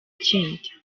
ikindi